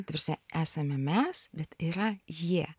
ta prasme esame mes bet yra jie